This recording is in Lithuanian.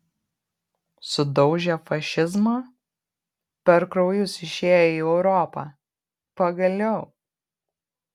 sudaužę fašizmą per kraujus išėję į europą pagaliau